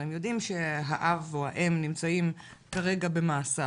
הרי הם יודעים שהאב או האם נמצאים כרגע במאסר,